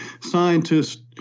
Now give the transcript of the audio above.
scientists